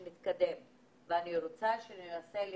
מצב שבו אין פתרון לילדים שלהן כי רק חלק מהמסגרות חזרו